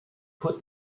put